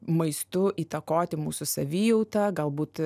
maistu įtakoti mūsų savijautą galbūt